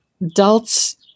adults